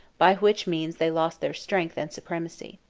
by which means they lost their strength and supremacy.